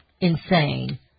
insane